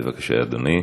בבקשה, אדוני.